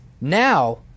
Now